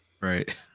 right